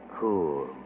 Cool